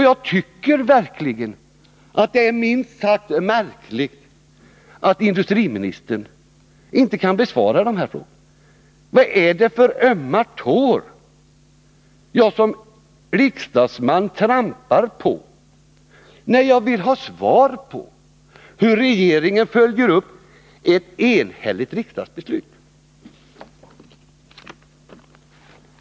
Jag tycker verkligen att det är minst sagt märkligt att industriministern inte kan besvara de här frågorna. Vad är det för ömma tår jag som riksdagsman trampar på när jag vill ha besked om hur regeringen följer upp ett enhälligt riksdagsbeslut?